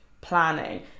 planning